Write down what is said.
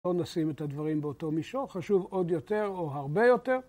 או נשים את הדברים באותו מישור חשוב עוד יותר או הרבה יותר